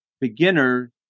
beginner